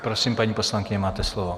Prosím, paní poslankyně, máte slovo.